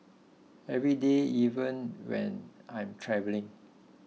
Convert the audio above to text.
every day even when I'm travelling